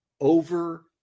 over